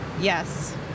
Yes